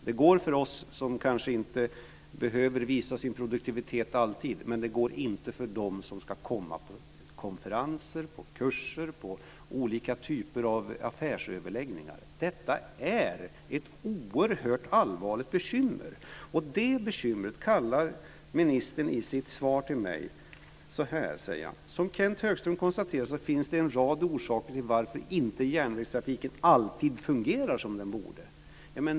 Det går för oss som kanske inte alltid behöver visa vår produktivitet, men det går inte för dem som ska åka på konferenser, på kurser, på olika typer av affärsöverläggningar. Detta är ett oerhört allvarligt bekymmer. Det bekymret kallar ministern i sitt svar till mig: "Som Kenth Högström konstaterar finns det en rad orsaker till varför järnvägstrafiken inte alltid fungerar som den borde."